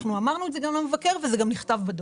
אנחנו אמרנו את זה גם למבקר וזה גם נכתב בדוח.